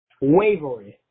wavering